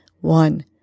One